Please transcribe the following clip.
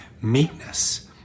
meekness